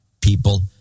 people